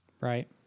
Right